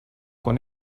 con